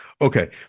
Okay